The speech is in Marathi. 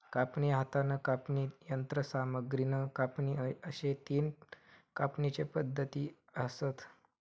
कापणी, हातान कापणी, यंत्रसामग्रीन कापणी अश्ये तीन कापणीचे पद्धती आसत